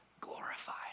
glorified